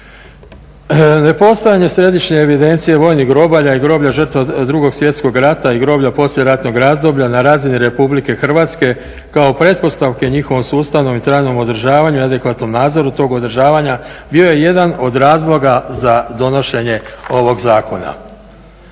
Nepostojanje središnje evidencije vojnih grobalja i groblja žrtava 2. svjetskog rata i groblja poslijeratnog razdoblja na razini RH kao pretpostavke njihovom sustavnom i trajnom održavanju i adekvatnom nadzoru tog održavanja bio je jedan od razloga za donošenje ovog zakona.